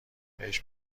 بهش